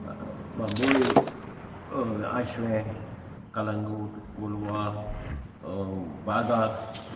बबोळी Ashwem Calangute Colva Baga